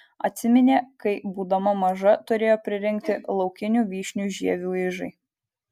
atsiminė kai būdama maža turėjo pririnkti laukinių vyšnių žievių ižai